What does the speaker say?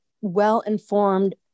well-informed